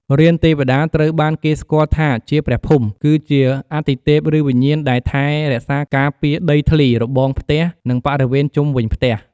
រានទេវតា ត្រូវបានគេស្គាល់ថាជាព្រះភូមិ គឺជាអាទិទេពឬវិញ្ញាណដែលថែរក្សាការពារដីធ្លី របងផ្ទះ និងបរិវេណជុំវិញផ្ទះ។